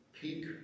peak